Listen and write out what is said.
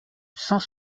cent